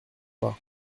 pas